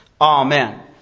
Amen